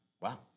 Wow